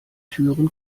türen